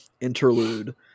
Interlude